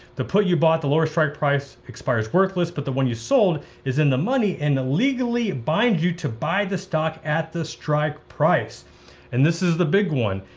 the put you bought at the lower strike price expires worthless, but the one you sold is in the money and legally bind you to buy the stock at the strike price and this is the big one.